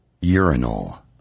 urinal